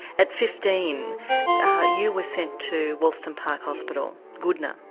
at fifteen you were sent to wolston park hospital, goodna,